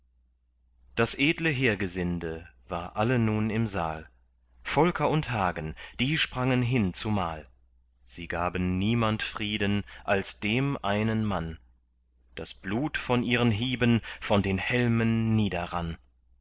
das edle heergesinde war alle nun im saal volker und hagen die sprangen hin zumal sie gaben niemand frieden als dem einen mann das blut von ihren hieben von den helmen niederrann